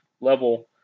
level